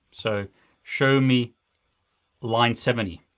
so show me line seventy,